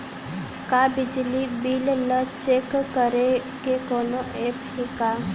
का बिजली बिल ल चेक करे के कोनो ऐप्प हे का?